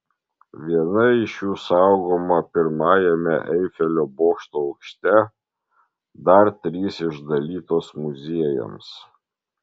viena iš jų saugoma pirmajame eifelio bokšto aukšte dar trys išdalytos muziejams